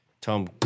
Tom